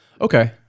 Okay